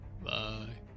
Bye